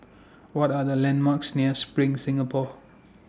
What Are The landmarks near SPRING Singapore